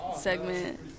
segment